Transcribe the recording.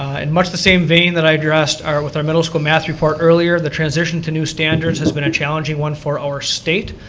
in much the same vein that i addressed with our middle school math report earlier, the transition to new standards has been a challenging one for our state.